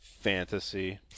Fantasy